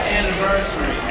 anniversary